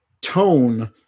tone